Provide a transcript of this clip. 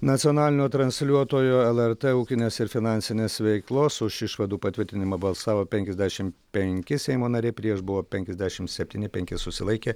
nacionalinio transliuotojo lrt ūkinės ir finansinės veiklos už išvadų patvirtinimą balsavo penkiasdešim penki seimo nariai prieš buvo penkiasdešim septyni penki susilaikė